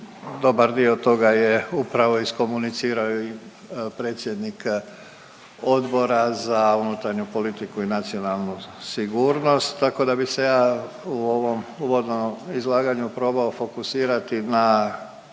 dobar dio toga je upravo iskomunicirao i predsjednik Odbora za unutarnju politiku i nacionalnu sigurnost, tako da bih se u ovom uvodnom izlaganju probao fokusirati na